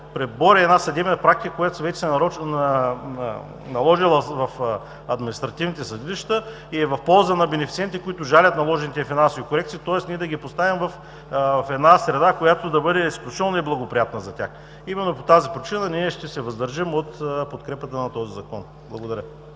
пребори една съдебна практика, която вече се е наложила в административните съдилища и е в полза на бенефициенти, които жалят наложените финансови корекции. Тоест, ние да ги поставим в среда, която да бъде изключително неблагоприятна за тях. Именно по тази причина ние ще се въздържим от подкрепата на този Закон. Благодаря.